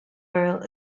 oil